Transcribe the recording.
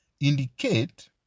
indicate